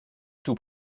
tout